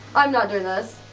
i'm not doing this.